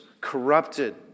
corrupted